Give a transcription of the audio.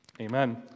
Amen